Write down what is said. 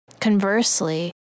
Conversely